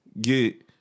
Get